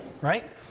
right